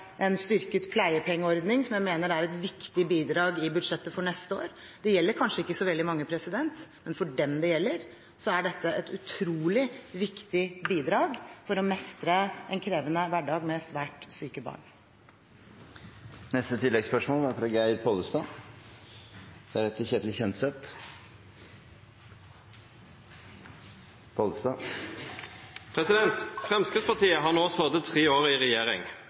en styrket pleiepengeordning, som jeg mener er et viktig bidrag i budsjettet for neste år. Det gjelder kanskje ikke så veldig mange, men for dem det gjelder, er dette et utrolig viktig bidrag for å mestre en krevende hverdag med svært syke barn. Geir Pollestad – til oppfølgingsspørsmål. Framstegspartiet har no sete tre år i regjering.